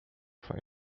for